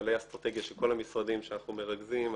סמנכ"לי האסטרטגיה של כל המשרדים שאנחנו מרכזים,